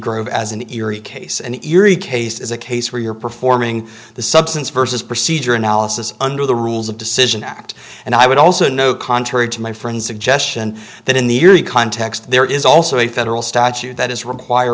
grove as an eerie case an eerie case is a case where you're performing the substance versus procedure analysis under the rules of decision act and i would also know contrary to my friends suggestion that in the context there is also a federal statute that is requir